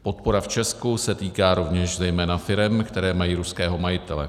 Podpora v Česku se týká rovněž zejména firem, které mají ruského majitele.